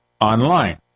Online